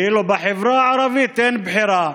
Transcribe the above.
ואילו בחברה הערבית אין בחירה: